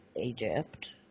Egypt